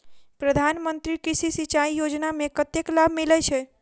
प्रधान मंत्री कृषि सिंचाई योजना मे कतेक लाभ मिलय छै?